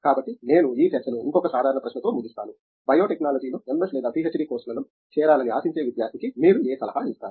కాబట్టి నేను ఈ చర్చను ఇంకొక సాధారణ ప్రశ్నతో ముగిస్తాను బయోటెక్నాలజీలో ఎంఎస్ లేదా పిహెచ్డి కోర్సు లలో చేరాలని ఆశించే విద్యార్థికి మీరు ఏ సలహా ఇస్తారు